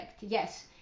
yes